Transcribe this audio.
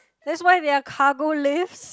that's why they are cargo lifts